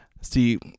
See